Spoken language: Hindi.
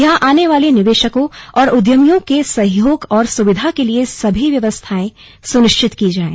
यहां आने वाले निवेशकों और उद्यमियों के सहयोग और सुविधा के लिए सभी व्यवस्थाएं सुनिश्चित की जाएं